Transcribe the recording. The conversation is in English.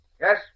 Yes